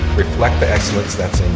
reflect the excellence that's